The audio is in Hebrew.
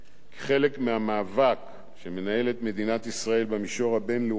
כחלק מהמאבק שמנהלת מדינת ישראל במישור הבין-לאומי,